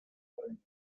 coding